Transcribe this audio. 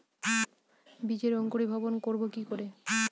বীজের অঙ্কুরিভবন করব কি করে?